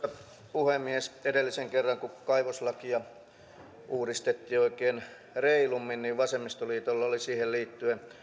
puhemies edellisen kerran kun kaivoslakia uudistettiin oikein reilummin vasemmistoliitolla oli siihen liittyen